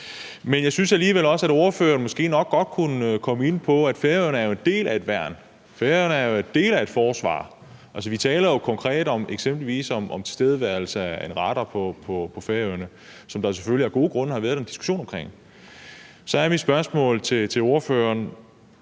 Men jeg synes alligevel også, at ordføreren måske godt kunne komme ind på, at Færøerne jo er en del af et værn. Færøerne er en del af et forsvar. Altså, vi taler jo konkret om eksempelvis tilstedeværelse af en radar på Færøerne, som der selvfølgelig af gode grunde har været noget diskussion omkring. Så er mit spørgsmål til ordføreren: